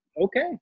okay